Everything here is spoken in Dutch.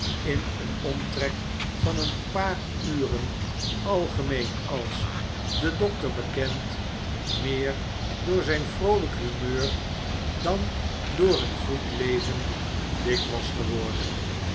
in een omtrek van een paar uren algemeen als de dokter bekend meer door zijn vroolijk humeur dan door een goed leven dik was geworden